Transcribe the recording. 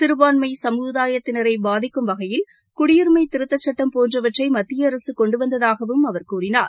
சிறுபான்மை சமுதாயத்தினர் பாதிக்கும் வகையில் குடியுரிமை திருத்த சட்டம் போன்றவற்றை மத்திய அரசு கொள்டு வந்ததாகவும் அவர் கூறினார்